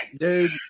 Dude